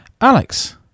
Alex